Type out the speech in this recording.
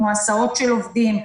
כמו הסעות של עובדים,